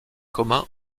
commun